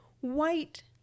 white